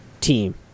team